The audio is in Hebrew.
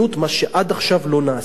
מה שעד עכשיו לא נעשה.